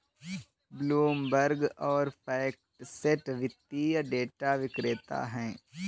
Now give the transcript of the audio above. Bloomberg और FactSet वित्तीय data विक्रेता हैं